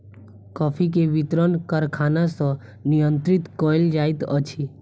coffee के वितरण कारखाना सॅ नियंत्रित कयल जाइत अछि